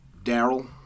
Daryl